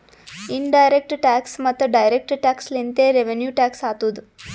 in direct tax ಮತ್ತ direct tax ಲಿಂತೆ revenue tax ಆತ್ತುದ್